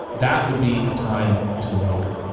that would be a time to invoke it.